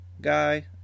guy